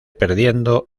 perdiendo